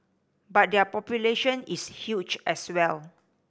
but their population is huge as well